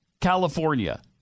California